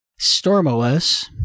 StormOS